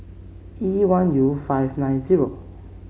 E one U five nine zero